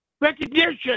recognition